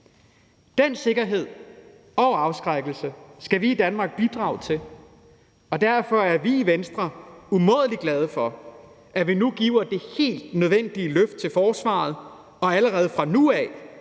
Den sikkerhed og afskrækkelse skal vi i Danmark bidrage til, og derfor er vi i Venstre umådelig glade for, at vi nu giver det helt nødvendige løft til forsvaret og allerede fra nu af